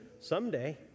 someday